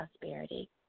Prosperity